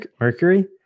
mercury